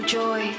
joy